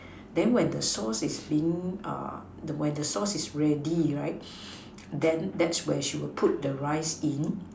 then when the sauce is being um when the sauce is ready right then that's when she would put the rice in